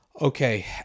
okay